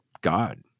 God